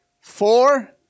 Four